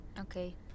Okay